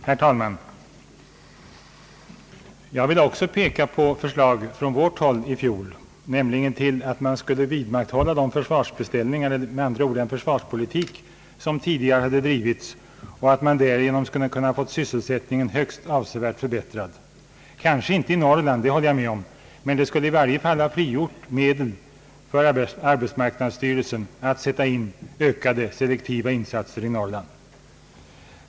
Herr talman! Jag vill också peka på förslag från vårt håll i fjol, nämligen att man skulle bibehålla försvarsbeställningarna eller med andra ord den försvarspolitik som tidigare drivits. Därigenom skulle man ha kunnat få sysselsättningen högst avsevärt förbättrad — kanske inte i Norrland, det håller jag med om. Men man skulle i alla fall ha frigjort medel för arbetsmarknadsstyrelsen att sätta in ökade selektiva insatser i Norrland.